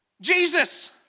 Jesus